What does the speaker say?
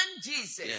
Jesus